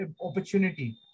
opportunity